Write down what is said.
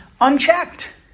unchecked